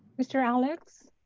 mr. alex,